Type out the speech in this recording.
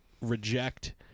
reject